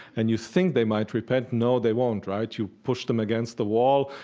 and you think they might repent. no, they won't, right? you've pushed them against the wall,